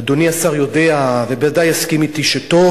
אדוני השר יודע וודאי יסכים אתי שטוב